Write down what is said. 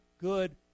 good